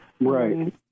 Right